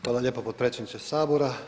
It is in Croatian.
Hvala lijepo potpredsjedniče sabora.